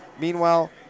Meanwhile